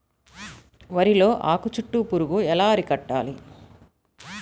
వరిలో ఆకు చుట్టూ పురుగు ఎలా అరికట్టాలి?